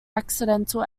accidental